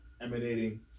emanating